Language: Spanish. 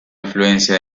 influencia